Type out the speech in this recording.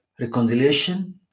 Reconciliation